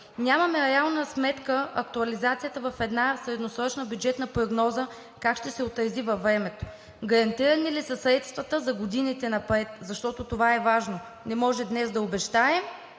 Нямаме реална сметка актуализацията в една средносрочна бюджетна прогноза как ще се отрази във времето. Гарантирани ли са средствата за годините напред, защото това е важно? Не може днес да обещаем